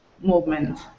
movement